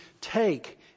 Take